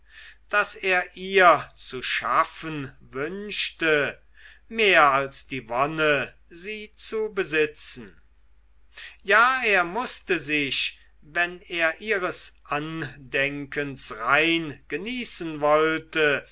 das er ihr zu schaffen wünschte mehr als die wonne sie zu besitzen ja er mußte sich wenn er ihres andenkens rein genießen wollte